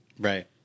Right